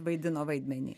vaidino vaidmenį